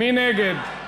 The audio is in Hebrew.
מי נגד?